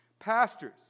Pastors